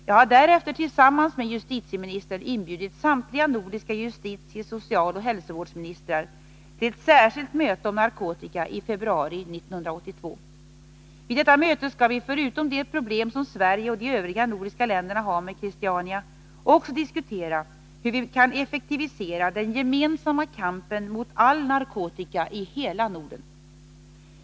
Jag har därefter tillsammans med justitieministern inbjudit samtliga nordiska justitie-, socialoch hälsovårdsministrar till ett särskilt möte om narkotika i februari 1982. Vid detta möte skall vi förutom de problem som Sverige och de övriga nordiska länderna har med Christiania också diskutera hur vi kan effektivisera den gemensamma kampen mot all narkotika i hela Norden.